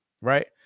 Right